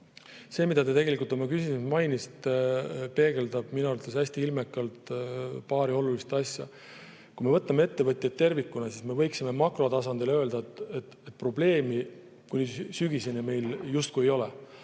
See, mida te oma küsimuses mainisite, peegeldab minu arvates hästi ilmekalt paari olulist asja. Kui me vaatame ettevõtteid tervikuna, siis me võiksime makrotasandil öelda, et probleemi kuni sügiseni meil justkui ei ole.